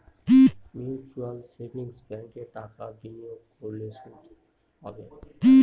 mutual savings ব্যাঙ্কে টাকা বিনিয়োগ করলে সুদ পাবে